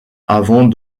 avant